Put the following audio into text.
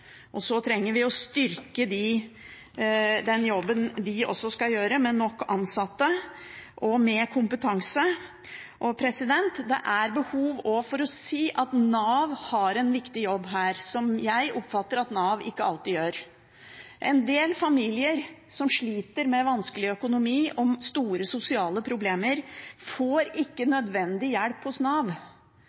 trenger også å styrke den jobben de skal gjøre, med nok ansatte og med kompetanse. Det er også behov for å si at Nav har en viktig jobb her, som jeg oppfatter at Nav ikke alltid gjør. En del familier, som sliter med vanskelig økonomi og store sosiale problemer, får ikke nødvendig hjelp hos Nav.